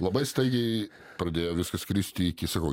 labai staigiai pradėjo viskas kristi iki sakau